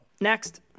Next